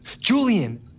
Julian